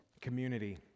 community